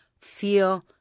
feel